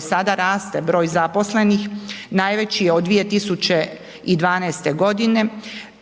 sada raste broj zaposlenih, najveći je od 2012.g.